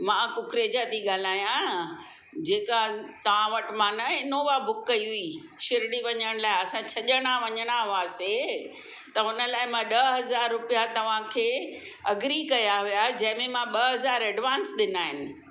मां कुकरेजा थी ॻाल्हायां जेका तव्हां वटि मां न इनोवा बुक कई हुई शिरड़ी वञण लाइ असां छह ॼणा वञणा हुआसीं त हुन लाइ मां ॾह हज़ार रुपिया तव्हांखे अगरी कया हुया जंहिंमें मां ॿ हज़ार एडवांस ॾिना आहिनि